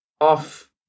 off